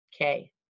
Okay